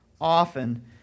often